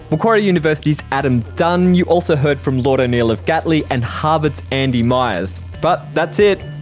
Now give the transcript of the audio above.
macquarie university's adam dunn. you also heard from lord o'neill of gatley, and harvard's andy myers. but that's it.